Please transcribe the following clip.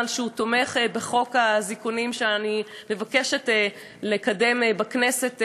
על תמיכתו בחוק האזיקונים שאני מבקשת לקדם בכנסת,